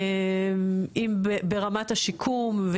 אם ברמת השיקום,